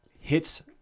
hits